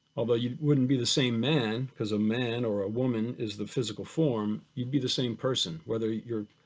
although you wouldn't be the same man, because a man or a woman is the physical form, you'd be the same person, whether you're,